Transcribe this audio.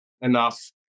enough